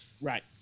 Right